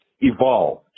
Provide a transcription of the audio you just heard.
Evolve